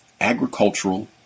agricultural